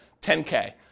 10K